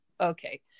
okay